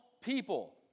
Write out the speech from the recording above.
people